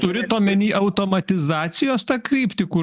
turit omeny automatizacijos tą kryptį kur